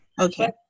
okay